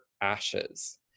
ashes